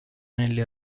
anelli